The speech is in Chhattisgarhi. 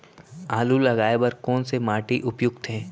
आलू लगाय बर कोन से माटी उपयुक्त हे?